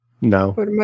No